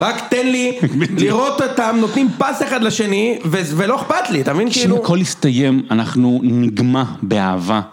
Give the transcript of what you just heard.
רק תן לי לראות אותם, נותנים פס אחד לשני, ולא אכפת לי, אתה מבין כאילו? כשהכל יסתיים, אנחנו נגמע באהבה.